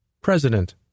President